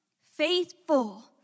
Faithful